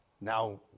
Now